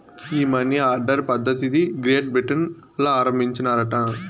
ఈ money order పద్ధతిది Great Britain ల ఆరంబించినారట